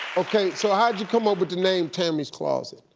okay, so how'd you come up with the name tammy's closet?